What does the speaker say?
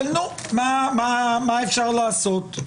נו, מה אפשר לעשות?